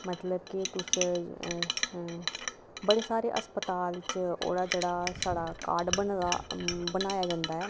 मतलब की तुस बड़े सारे अस्पताल च ओह्कड़ा जेह्ड़ा साढ़ा कार्ड बने दा बनाया जंदा ऐ